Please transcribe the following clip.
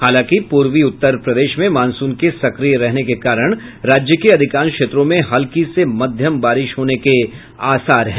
हालांकि पूर्वी उत्तर प्रदेश में मॉनसून के सक्रिय रहने के कारण राज्य के अधिकांश क्षेत्रों में हल्की से मध्यम बारिश होने के आसार है